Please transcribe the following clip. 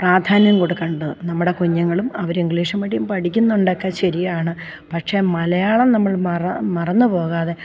പ്രാധാന്യം കൊടുക്കേണ്ടത് നമ്മുടെ കുഞ്ഞുങ്ങളും അവർ ഇങ്ക്ളീഷ് മീഡിയം പഠിക്കുന്നുണ്ടതൊക്കെ ശരിയാണ് പക്ഷേ മലയാളം നമ്മൾ മറ മറന്നു പോകാതെ